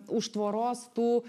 už tvoros tų